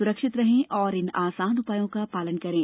सुरक्षित रहें और इन आसान उपायों का पालन करें